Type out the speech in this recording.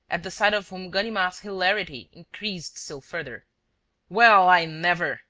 at the sight of whom ganimard's hilarity increased still further well, i never!